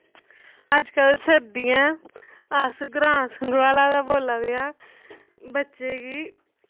अजकल्ल सर्दिआं ऐ अस ग्रां संगवाला दा बोलां देआं बच्चे गी